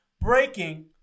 breaking